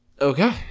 Okay